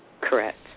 Correct